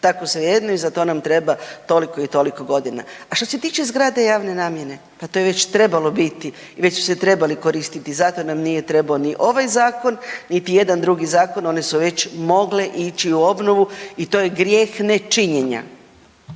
tako svejedno i za to nam treba toliko i toliko godina. A što se tiče zgrada javne namjene, pa to je već trebalo biti i već su se trebali koristiti, zato nam nije trebao ni ovaj Zakon niti jedan drugi zakon, one su već mogle ići u obnovu i to je grijeh nečinjenja.